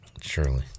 surely